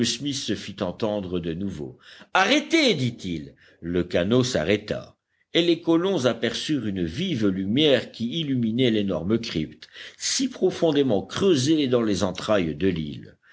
se fit entendre de nouveau arrêtez dit-il le canot s'arrêta et les colons aperçurent une vive lumière qui illuminait l'énorme crypte si profondément creusée dans les entrailles de l'île